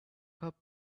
cup